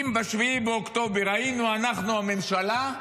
אם ב-7 באוקטובר היינו אנחנו הממשלה,